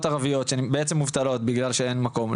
ערביות שבעצם מובטלות בגלל שאין מקום,